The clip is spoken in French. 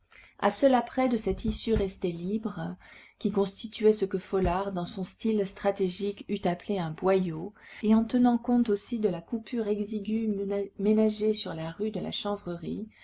à cela près de cette issue restée libre qui constituait ce que folard dans son style stratégique eût appelé un boyau et en tenant compte aussi de la coupure exiguë ménagée sur la rue de la